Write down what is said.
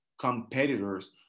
competitors